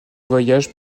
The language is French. voyages